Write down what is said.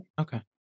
okay